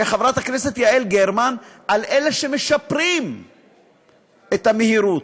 חברת הכנסת יעל גרמן, על אלה שמשפרים את המהירות.